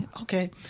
okay